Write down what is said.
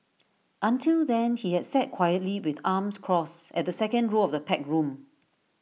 until then he had sat quietly with arms crossed at the second row of the packed room